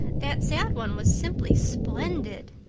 that sad one was simply splendid.